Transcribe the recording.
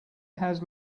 had